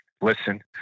listen